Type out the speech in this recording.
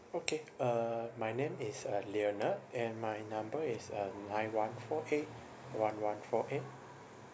okay uh my name is uh leonard and my number is uh nine one four eight one one four eight